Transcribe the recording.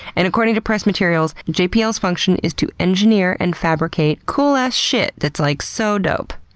and according to press materials jpl's function is to engineer and fabricate cool-ass shit that's like, so dope.